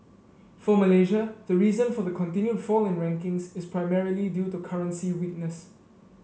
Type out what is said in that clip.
for Malaysia the reason for the continued fall in rankings is primarily due to currency weakness